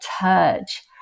touch